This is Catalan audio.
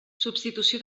substitució